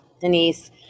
Denise